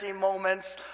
moments